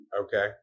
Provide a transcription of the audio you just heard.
Okay